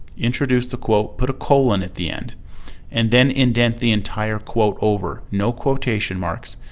introduce the quote put a colon at the end and then indent the entire quote over. no quotation marks.